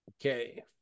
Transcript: Okay